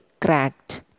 cracked